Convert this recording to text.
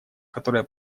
которое